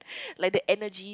like the energy